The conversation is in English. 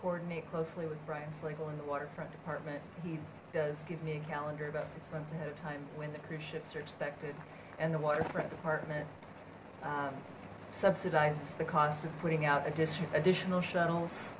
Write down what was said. coordinate closely with brian slagel in the waterfront department he does give me a calendar about six months ahead of time when the cruise ships are expected and the waterfront department subsidizes the cost of putting out a district additional shuttles